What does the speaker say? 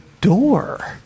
door